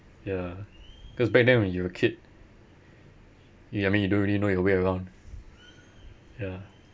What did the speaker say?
ya because back then when you were a kid you I mean you don't really know your way around ya